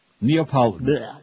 Neapolitan